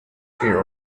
hero